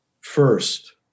first